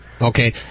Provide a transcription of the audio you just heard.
Okay